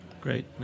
great